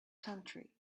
country